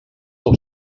nou